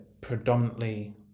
predominantly